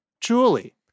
Julie